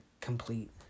complete